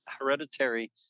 Hereditary